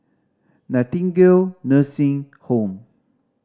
Nightingale Nursing Home